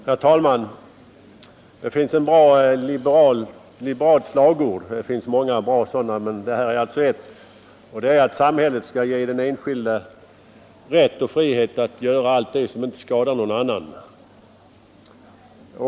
Herr talman! Det finns många bra liberala slagord, och ett av dem är att samhället skall ge den enskilde rätt och frihet att göra allt som inte skadar någon annan.